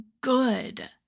good